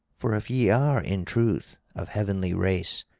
for if ye are in truth of heavenly race,